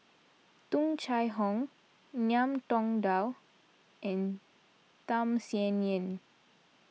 Tung Chye Hong Ngiam Tong Dow and Tham Sien Yen